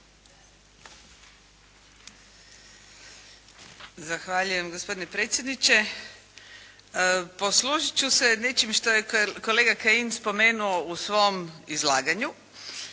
Zahvaljujem gospodine predsjedniče. Poslužit ću se nečim što je kolega Kajin spomenuo u svom izlaganju,